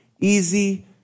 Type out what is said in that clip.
easy